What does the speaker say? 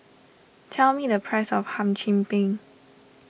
tell me the price of Hum Chim Peng